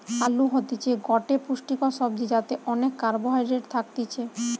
আলু হতিছে গটে পুষ্টিকর সবজি যাতে অনেক কার্বহাইড্রেট থাকতিছে